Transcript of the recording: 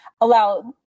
allow